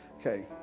Okay